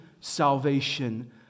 salvation